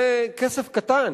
זה כסף קטן,